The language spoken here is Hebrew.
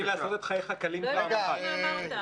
לא הבנתי מה אמרת.